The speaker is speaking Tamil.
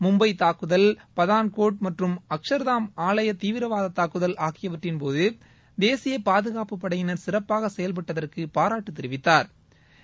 மும்பை தாக்குதல் பதுன்கோட் மற்றும் அக்ஷாதாம் ஆலய தீவிரவாத தாக்குதல் ஆகியவற்றின்போது தேசிய பாதுகாப்பு படையினர் சிறப்பாக செயல்பட்டதற்கு பாராட்டுத் தெரிவித்தாா்